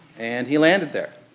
and he landed there.